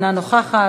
אינה נוכחת,